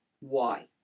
Why